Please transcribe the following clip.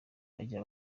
bajya